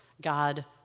God